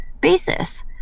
basis